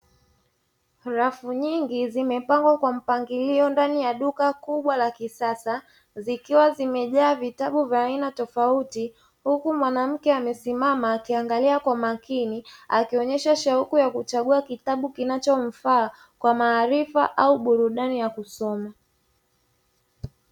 Rafu nyingi zimepangwa kwa mpangilio ndani ya duka kubwa la kisasa, zikiwa zimejaa vitabu vya aina tofauti, huku mwanamke amesisima akiangalia kwa makini, akionyesha shahuku ya kuchagua kitabu kinachomfaa, kwa maarifa au burudani ya kusoma.